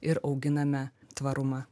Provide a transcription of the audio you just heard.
ir auginame tvarumą